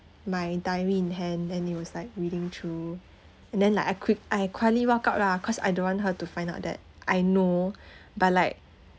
my diary in hand and it was like reading through and then like I quick I quietly walk out lah cause I don't want her to find out that I know but like